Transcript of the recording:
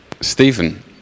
Stephen